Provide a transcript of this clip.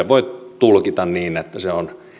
voi tulkita niin niin että se on